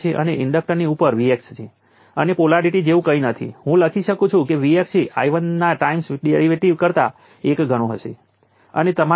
તો આ 25 millivolt છે આ 5 મિલીએમ્પ ટાઇમ 5 વોલ્ટ છે